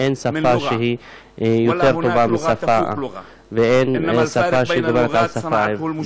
אין שפה שהיא יותר טובה משפה ואין שפה שגוברת על שפה.